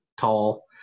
tall